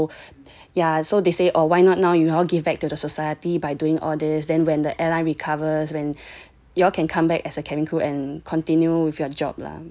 oh man so many places because of the airline is not doing really really well so yeah so they say oh why not now y'all give back to the society by doing all this then when the airline recovers when you all can come back as a cabin crew and continue with your job lah